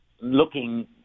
looking